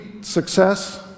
success